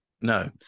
No